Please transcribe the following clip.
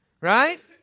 right